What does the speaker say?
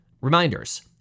reminders